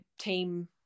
team